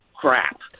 crap